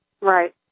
Right